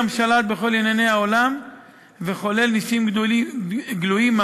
גם שלט בכל ענייני העולם וחולל נסים גלויים ממש